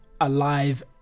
alive